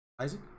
isaac